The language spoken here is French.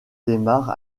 démarre